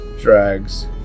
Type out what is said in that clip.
drags